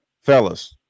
fellas